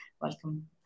Welcome